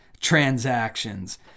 transactions